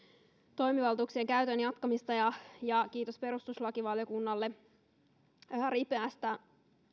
toimivaltuuksien käytön jatkamista ja ja kiitos perustuslakivaliokunnalle ripeästä